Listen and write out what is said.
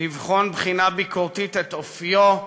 לבחון בחינה ביקורתית את אופיו,